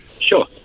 Sure